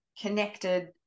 connected